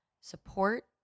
support